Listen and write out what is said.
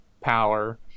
power